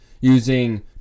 using